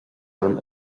orm